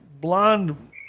blonde